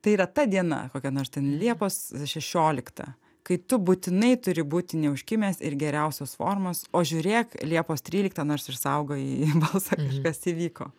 tai yra ta diena kokia nors ten liepos šešiolikta kai tu būtinai turi būti ne užkimęs ir geriausios formos o žiūrėk liepos tryliktą nors ir saugojai balsą kažkas įvyko